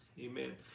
Amen